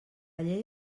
llei